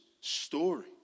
story